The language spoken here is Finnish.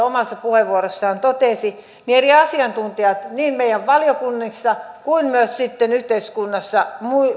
omassa puheenvuorossaan totesi eri asiantuntijat niin meidän valiokunnissamme kuin myös sitten yhteiskunnassa